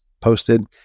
posted